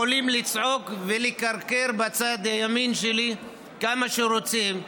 יכולים לצעוק ולקרקר בצד ימין שלי כמה שרוצים,